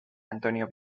antonio